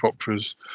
operas